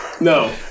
No